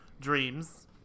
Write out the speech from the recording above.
Dreams